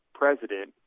president